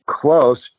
Close